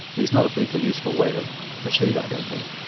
is not a particularly useful way to proceed, i don't think.